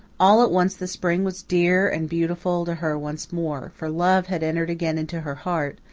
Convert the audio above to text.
all at once the spring was dear and beautiful to her once more for love had entered again into her heart,